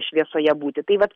šviesoje būti tai vat